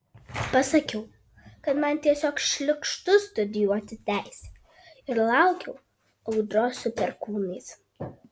pasakiau kad man tiesiog šlykštu studijuoti teisę ir laukiau audros su perkūnais